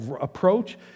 approach